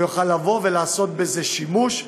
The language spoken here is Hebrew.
הוא יוכל לבוא ולעשות בזה שימוש.